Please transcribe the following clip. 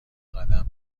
قدم